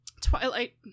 Twilight